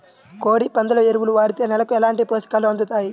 కోడి, పందుల ఎరువు వాడితే నేలకు ఎలాంటి పోషకాలు అందుతాయి